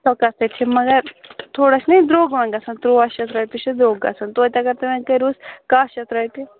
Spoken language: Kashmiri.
سۄ کَتھ ہے چھِ مگر تھوڑا چھَنا یہِ درٛۅگ پہن گژھان تُرٛواہ شیٚتھ رۄپیہِ چھِ درٛۅگ گژھان توتہِ اگر تُہۍ وۄنۍ کٔرۍہوس کاہ شَتھ رۄپیہِ